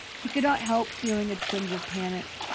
he could not help feeling a twinge of panic.